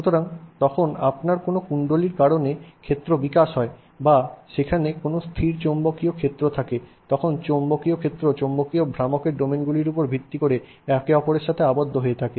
সুতরাং যখন আপনার কোনও কুন্ডলীর কারণে ক্ষেত্র বিকাশ হয় বা সেখানে কোনও স্থির চৌম্বকীয় ক্ষেত্র থাকে তখন চৌম্বকীয় ক্ষেত্র চৌম্বকীয় ভ্রামকের ডোমেনগুলির উপর ভিত্তি করে একে অপরের সাথে আবদ্ধ থাকে